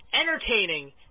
Entertaining